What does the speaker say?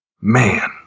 man